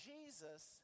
Jesus